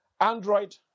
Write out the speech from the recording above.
Android